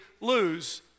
lose